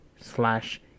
slash